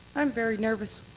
i'm very nervous.